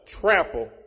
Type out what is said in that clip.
trample